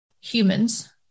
humans